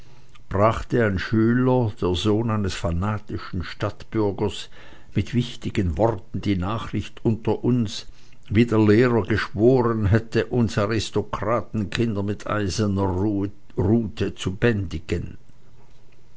brachte ein schüler der sohn eines fanatischen stadtbürgers mit wichtigen worten die nachricht unter uns wie der lehrer geschworen hätte uns aristokratenkinder mit eiserner rute zu bändigen